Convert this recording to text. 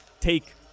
take